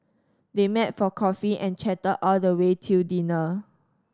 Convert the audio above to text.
they met for coffee and chatted all the way till dinner